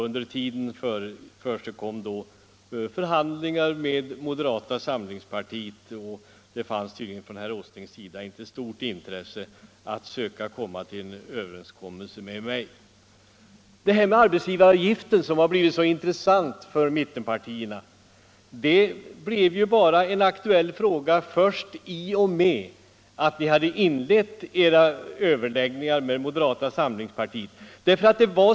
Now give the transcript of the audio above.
Under tiden försiggick förhandlingar med moderata samlingspartiet, och herr Åsling hade tydligen inte stort intresse av att försöka uppnå en överenskommelse med mig. Detta med sänkning av arbetsgivaravgiften, som har blivit så intressant för mittenpartierna, blev aktuellt först i och med att ni hade inlett era överläggningar med moderaterna.